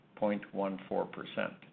0.14%